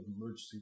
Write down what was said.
emergency